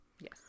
Yes